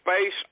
space